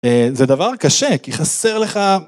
זה דבר קשה, כי חסר לך...